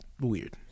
weird